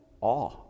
Awe